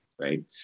right